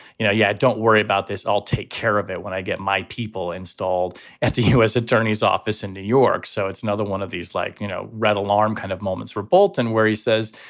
you know yeah, don't worry about this. i'll take care of it when i get my people installed at the u s. attorney's office in new york. so it's another one of these like, you know, red alarm kind of moments where bolton where he says,